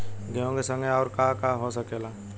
गेहूँ के संगे आऊर का का हो सकेला?